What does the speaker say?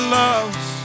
loves